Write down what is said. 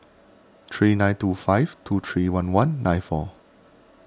three nine two five two three one one nine four